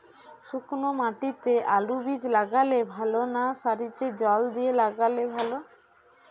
শুক্নো মাটিতে আলুবীজ লাগালে ভালো না সারিতে জল দিয়ে লাগালে ভালো?